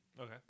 Okay